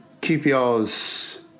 QPR's